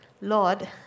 Lord